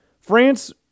France